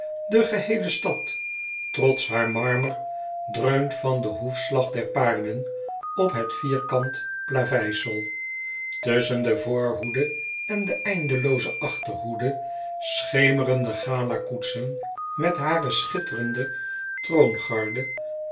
de geheele stad trots haar marmer dreunt van den hoefslag der paarden op het vierkant plaveisel tusschen de voorhoede en de eindelooze achterhoede schemeren de galakoetsen met hare schitterende